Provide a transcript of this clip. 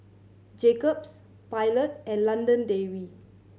Jacob's Pilot and London Dairy